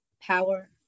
power